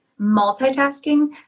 multitasking